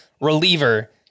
reliever